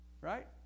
Right